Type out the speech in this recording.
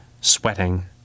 sweating